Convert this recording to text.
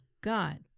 God